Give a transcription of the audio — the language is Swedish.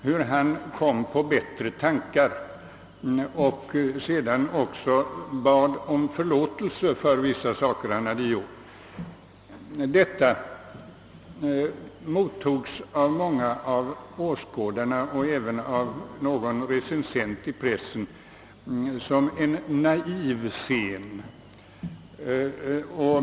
Han kom emellertid på bättre tankar och bad så småningom om förlåtelse för vissa saker som han hade begått. Detta betraktades av många bland åskådarna och även av någon recensent i pressen som en naiv scen.